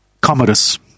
Commodus